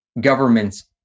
governments